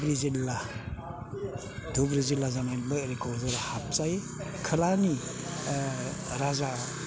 धुब्रि जिल्ला धुब्रि जिल्ला जानायनिफ्राय ओरै क'क्राझार हाबजायो खोलानि राजा